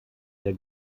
der